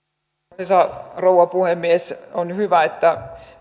arvoisa rouva puhemies on hyvä että